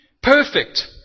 Perfect